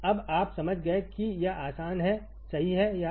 अब आप समझ गए कि यह आसान है सही है यह आसान है